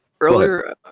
earlier